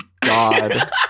god